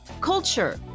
culture